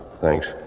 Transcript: Thanks